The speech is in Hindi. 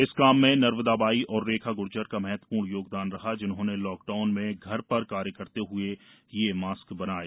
इस काम में नर्बदा बाई और रेखा गुर्जर का महत्वपूर्ण योगदान रहा जिन्होंने लोकडाउन में घर पर कार्य करते हुए ये मास्क बनाये